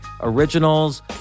Originals